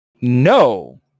No